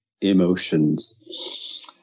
emotions